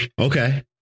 Okay